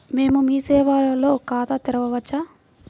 మేము మీ సేవలో ఖాతా తెరవవచ్చా?